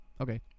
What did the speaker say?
Okay